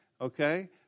okay